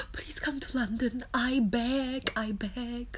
please come to london I beg I beg